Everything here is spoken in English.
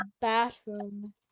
bathroom